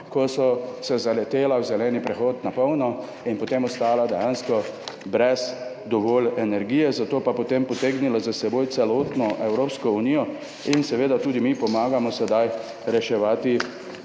na polno zaletela v zeleni prehod in potem ostala dejansko brez energije, zato je pa to potem potegnilo za seboj celotno Evropsko unijo in seveda tudi mi pomagamo sedaj reševati